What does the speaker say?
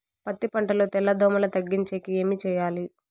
పత్తి పంటలో తెల్ల దోమల తగ్గించేకి ఏమి చేయాలి?